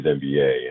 NBA